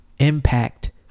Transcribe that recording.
impact